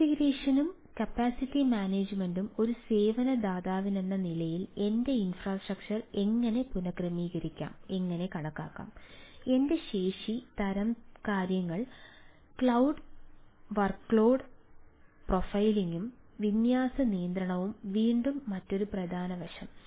കോൺഫിഗറേഷനും capacity മാനേജുമെന്റും ഒരു സേവന ദാതാവിനെന്ന നിലയിൽ എന്റെ ഇൻഫ്രാസ്ട്രക്ചർ എങ്ങനെ പുനക്രമീകരിക്കാം എങ്ങനെ കണക്കാക്കാം എന്റെ ശേഷി തരം കാര്യങ്ങൾ ക്ലൌഡ് വർക്ക്ലോഡ് പ്രൊഫൈലിംഗും വിന്യാസ നിയന്ത്രണവും വീണ്ടും മറ്റൊരു പ്രധാന വശം